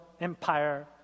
Empire